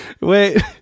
Wait